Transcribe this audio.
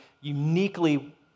uniquely